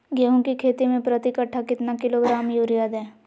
गेंहू की खेती में प्रति कट्ठा कितना किलोग्राम युरिया दे?